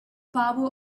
power